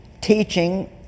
teaching